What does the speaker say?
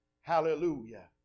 Hallelujah